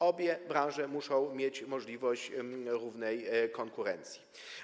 Obie branże muszą mieć możliwość równej konkurencji.